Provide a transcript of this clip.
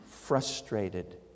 frustrated